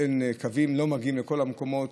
קווים לא מגיעים לכל המקומות.